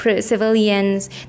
civilians